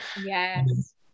Yes